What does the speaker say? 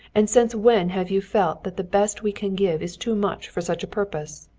and since when have you felt that the best we can give is too much for such a purpose?